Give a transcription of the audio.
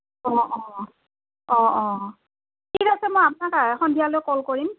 অঁ অঁ অঁ অঁ ঠিক আছে মই আপোনাক সন্ধিয়ালৈ কল কৰিম